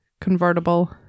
convertible